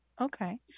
Okay